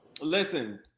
Listen